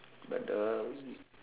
but uh